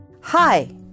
Hi